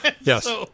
Yes